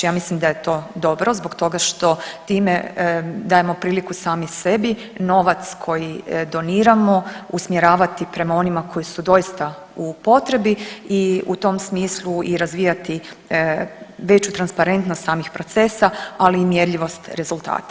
Ja mislim da je to dobro zbog toga što time dajemo priliku sami sebi novac koji doniramo usmjeravati prema onima koji su doista u potrebi i u tom smislu i razvijati veću transparentnost samih procesa, ali i mjerljivost rezultata.